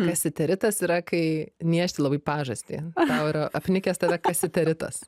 kasiteritas yra kai niežti labai pažastį tau yra apnikęs tada kasitaritas